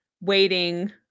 waiting